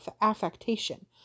affectation